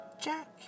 Jack